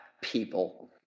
people